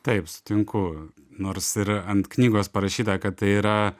taip sutinku nors ir ant knygos parašyta kad tai yra